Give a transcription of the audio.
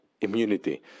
immunity